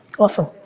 awesome,